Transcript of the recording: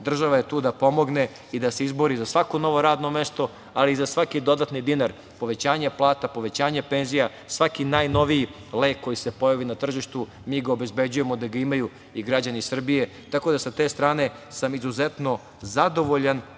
država je tu da pomogne i da se izbori za svako novo radno mesto, ali i za svaki dodatni dinar povećanja plata, povećanje penzija, svaki najnoviji lek koji se pojavi na tržištu, mi ga obezbeđujemo da ga imaju i građani Srbije, tako da sa te strane sam izuzetno zadovoljan